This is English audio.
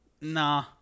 Nah